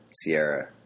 Sierra